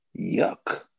yuck